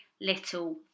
little